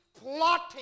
plotting